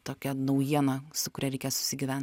tokia naujiena su kuria reikia susigyvent